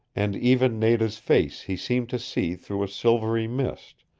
and even nada's face he seemed to see through a silvery mist,